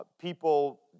people